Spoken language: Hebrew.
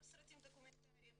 גם סרטים דוקומנטריים.